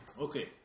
Okay